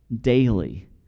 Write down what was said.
daily